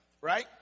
right